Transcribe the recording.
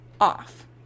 off